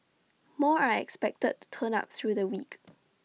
more are expected to turn up through the week